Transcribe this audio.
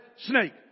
snake